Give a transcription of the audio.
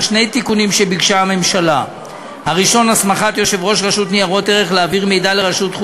ברשות יושב-ראש הישיבה,